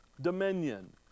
dominion